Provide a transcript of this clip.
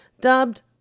dubbed